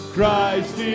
Christ